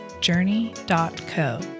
journey.co